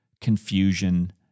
confusion